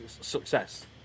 Success